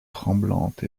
tremblantes